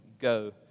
Go